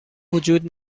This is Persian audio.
وجود